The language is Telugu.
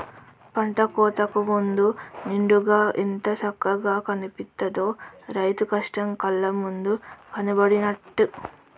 పంట కోతకు ముందు నిండుగా ఎంత సక్కగా కనిపిత్తదో, రైతు కష్టం కళ్ళ ముందు కనబడినట్టు